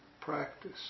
practice